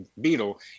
beetle